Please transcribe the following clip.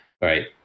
right